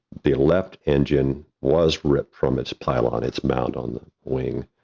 the left engine was ripped from its pylon, it's bound on the wing,